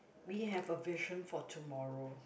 we have a vision for tomorrow